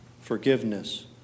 forgiveness